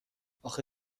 آخه